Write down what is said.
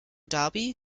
dhabi